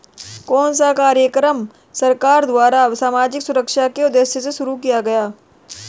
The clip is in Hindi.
कौन सा कार्यक्रम भारत सरकार द्वारा सामाजिक सुरक्षा के उद्देश्य से शुरू किया गया है?